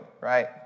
right